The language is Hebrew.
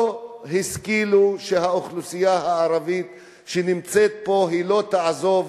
לא השכילו להבין שהאוכלוסייה הערבית שנמצאת פה לא תעזוב.